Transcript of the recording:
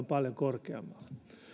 paljon korkeammalla